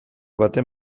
baten